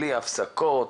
בלי הפסקות,